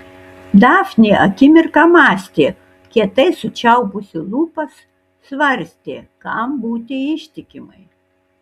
dafnė akimirką mąstė kietai sučiaupusi lūpas svarstė kam būti ištikimai